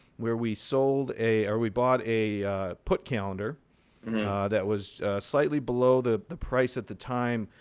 where we sold a or we bought a put calendar that was slightly below the the price at the time,